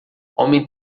homem